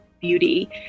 beauty